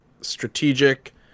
strategic